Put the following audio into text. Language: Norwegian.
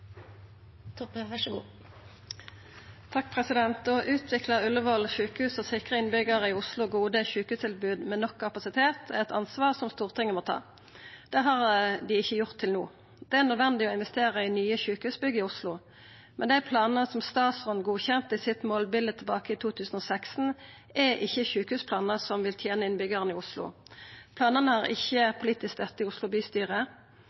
Å utvikla Ullevål sjukehus og sikra innbyggjarar i Oslo gode sjukehustilbod med nok kapasitet, er eit ansvar Stortinget må ta. Det har dei ikkje gjort til no. Det er nødvendig å investera i nye sjukehusbygg i Oslo, men dei planane som statsråden godkjende i målbildet sitt tilbake i 2016, er ikkje sjukehusplanar som vil tena innbyggjarane i Oslo. Planane har ikkje politisk støtte i Oslo bystyre,